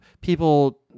people